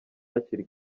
hakiri